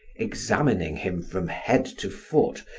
examining him from head to foot,